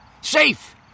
Safe